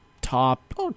top